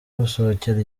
gusohokera